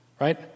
right